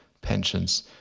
pensions